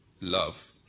Love